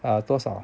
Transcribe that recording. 啊多少